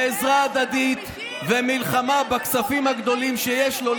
ועזרה הדדית ומלחמה בכספים הגדולים שיש לו,